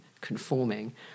conforming